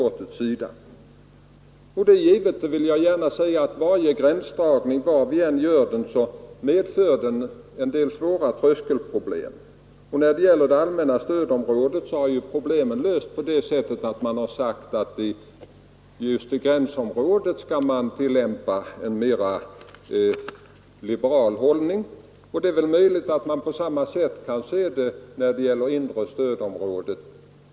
Det är givet — det vill jag gärna säga — att varje gränsdragning medför svåra tröskelproblem. När det gäller det allmänna stödområdet har problemen lösts genom att man när det gäller just gränsområdet intar en liberal hållning. Det är möjligt att man kan se det på samma sätt när det gäller det inre stödområdet.